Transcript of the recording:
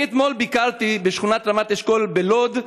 אני ביקרתי אתמול בשכונת רמת-אשכול בלוד,